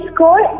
School